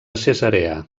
cesarea